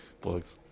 Plugs